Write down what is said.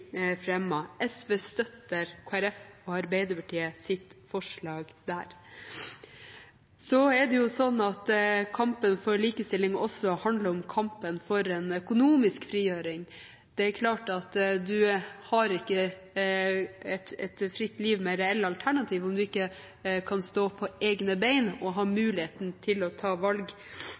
SV støtter Kristelig Folkeparti og Arbeiderpartiets forslag om det. Kampen for likestilling handler også om kampen for økonomisk frigjøring. Man har ikke et fritt liv med reelle alternativ om man ikke kan stå på egne ben og har muligheten til å ta valg